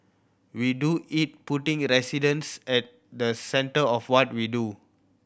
we do it putting residents at the centre of what we do